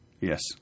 Yes